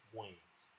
wings